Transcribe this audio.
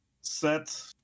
set